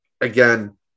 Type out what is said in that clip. again